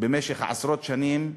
במשך עשרות שנים.